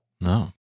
No